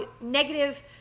negative